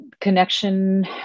connection